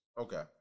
Okay